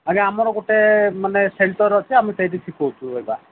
ଆଜ୍ଞା ଆମର ଗୋଟେ ମାନେ ସେଣ୍ଟର୍ ଅଛି ଆମେ ସେଇଠି ଶିଖଉଛୁ ଏକା